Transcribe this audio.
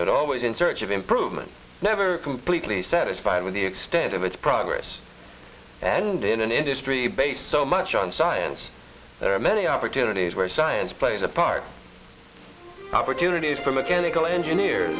but always in search of improvement never completely satisfied with the extent of its progress and in an industry based so much on science there are many opportunities where science plays a part opportunities for mechanical engineer